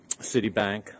Citibank